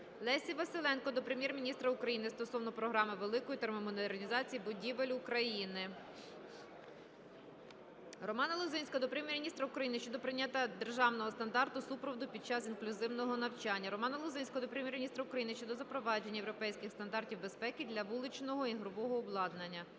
Лесі Василенко до Прем'єр-міністра України стосовно програми "Великої термомодернізації" будівель України. Романа Лозинського до Прем'єр-міністра України щодо прийняття державного стандарту супроводу під час інклюзивного навчання. Романа Лозинського до Прем'єр-міністра України щодо запровадження європейських стандартів безпеки для вуличного ігрового обладнання.